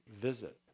visit